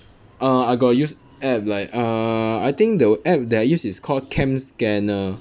uh I got use app like uh I think that the app that I use is call cam scanner